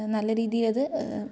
നല്ല രീതിയിലത്